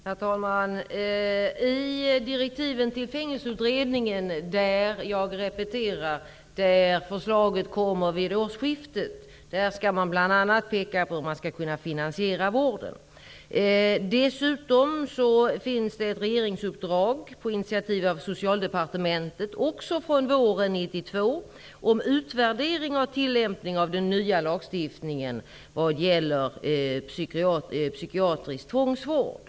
Herr talman! I fråga om direktiven till Fängelseutredningen -- förslaget kommer, jag repeterar det, vid årsskiftet -- skall man bl.a. peka på hur vården kan finansieras. Dessutom finns det ett regeringsuppdrag, på Socialdepartementets initiativ, också från våren 1992 om en utvärdering och om tillämpningen av den nya lagstiftningen vad gäller psykiatrisk tvångsvård.